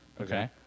okay